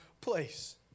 place